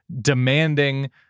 demanding